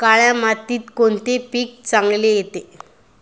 काळ्या मातीत कोणते पीक चांगले येते?